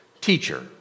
Teacher